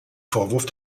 vorwurf